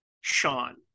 Sean